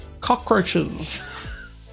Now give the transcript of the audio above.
cockroaches